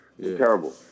terrible